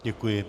Děkuji.